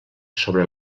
sobre